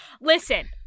listen